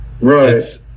Right